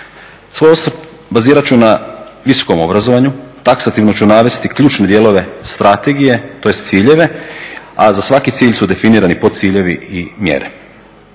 Svoj osvrt bazirat ću na visokom obrazovanju, taksativno ću navesti ključne dijelove strategije tj. ciljeve, a za svaki cilj su definirani podciljevi i mjere.